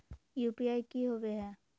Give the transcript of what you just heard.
UPI की होवे है?